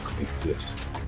exist